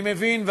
אני מבין,